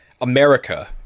america